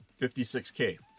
56K